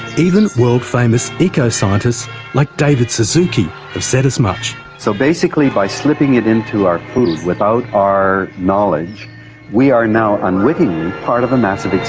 even world famous eco-scientists like david suzuki have said as much. so basically, by slipping it into our food without our knowledge we are now unwittingly part of a massive experiment.